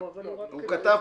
לא, אבל הוא כתב לך.